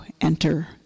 enter